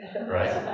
Right